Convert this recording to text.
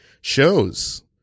shows